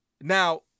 now